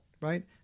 right